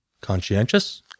Conscientious